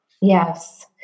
Yes